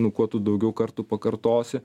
nu kuo tu daugiau kartų pakartosi